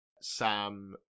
Sam